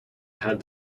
had